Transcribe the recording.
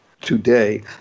today